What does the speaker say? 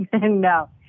No